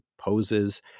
poses